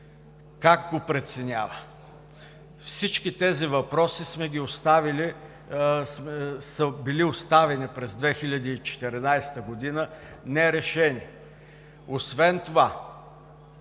Как го преценява? Всички тези въпроси са били оставени през 2014 г. нерешени. Освен това,